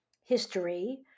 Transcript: history